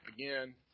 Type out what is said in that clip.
Again